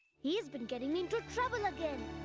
he's been getting me into trouble again.